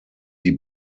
die